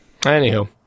Anywho